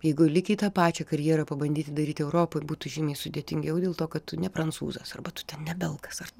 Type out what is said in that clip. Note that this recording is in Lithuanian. jeigu lygiai tą pačią karjerą pabandyti daryti europoj būtų žymiai sudėtingiau dėl to kad tu ne prancūzas arba tu ten ne belgas ar